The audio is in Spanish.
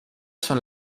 son